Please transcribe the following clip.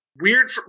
weird